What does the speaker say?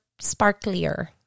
sparklier